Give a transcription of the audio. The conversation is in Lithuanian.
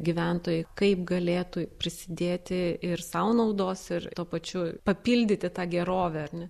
gyventojai kaip galėtų prisidėti ir sau naudos ir tuo pačiu papildyti tą gerovę ar ne